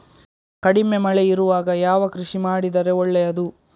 ಕಡಿಮೆ ಮಳೆ ಇರುವಾಗ ಯಾವ ಕೃಷಿ ಮಾಡಿದರೆ ಒಳ್ಳೆಯದು?